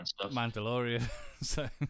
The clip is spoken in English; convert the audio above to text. Mandalorian